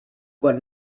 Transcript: quan